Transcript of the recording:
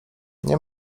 nie